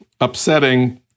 upsetting